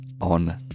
on